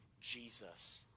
Jesus